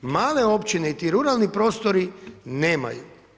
Male općine i ti ruralni prostori nemaju.